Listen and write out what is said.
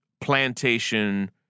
plantation